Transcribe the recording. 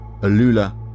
Alula